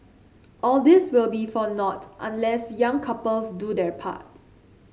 all this will be for naught unless young couples do their part